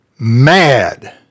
mad